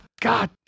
God